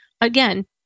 again